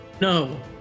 No